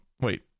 wait